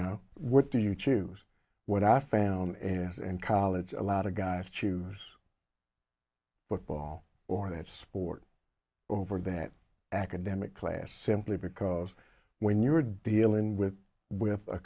know what do you choose what i found in s and college a lot of guys choose football or that sport over that academic class simply because when you're dealing with with a